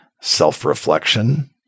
self-reflection